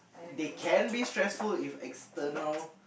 they can be stressful if external